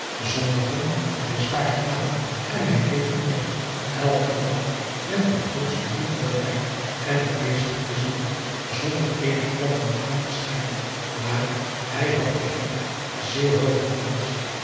zondigen had hij zwaar gedaan en hij deed het nog elken dag met de grootste liefhebberij en het meeste pleizier zonder eenig plan ermeê uit te scheiden maar hij had de kerk zeer hoog geplaatst